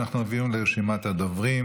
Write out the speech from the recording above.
אנחנו עוברים לרשימת הדוברים.